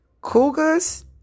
cougars